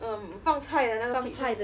um 放菜的那个 fridge lor